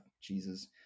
Jesus